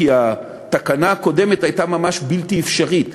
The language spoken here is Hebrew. כי התקנה הקודמת הייתה ממש בלתי אפשרית,